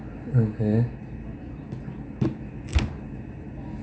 mmhmm